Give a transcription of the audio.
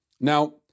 Now